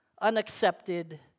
unaccepted